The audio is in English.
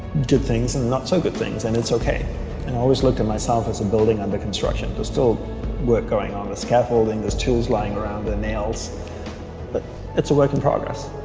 good things and not-so-good things and it's okay and always looked at myself as a and building under construction but still we're going on the scaffolding those tools lying around the nails but it's a work in progress